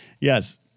Yes